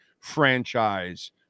franchise